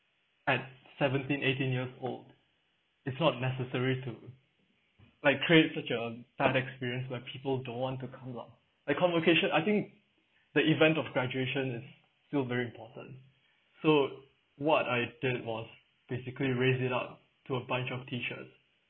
at seventeen eighteen years old it's not necessary to like create such an bad experience where people don't want to come what like convocation I think the event of graduation is still very important so what I did was basically raised it up to a bunch of teachers